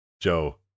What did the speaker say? Joe